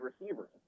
receivers